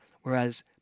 whereas